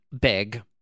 big